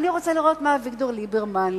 ואני רוצה לראות מה אביגדור ליברמן,